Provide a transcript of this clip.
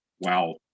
wow